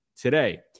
today